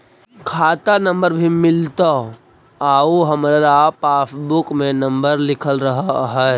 खाता नंबर भी मिलतै आउ हमरा पासबुक में नंबर लिखल रह है?